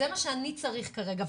זה מה שאני צריכה כרגע.